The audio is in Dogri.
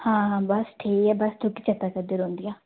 हां बस ठीक ऐ बस तुगी चेता करदी रौंह्दियां